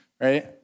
right